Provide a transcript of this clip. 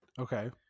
Okay